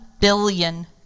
billion